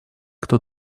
кто